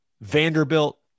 Vanderbilt